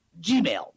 Gmail